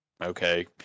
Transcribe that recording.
okay